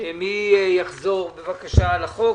מי יחזור על החוק?